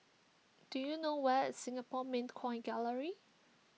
do you know where is Singapore Mint Coin Gallery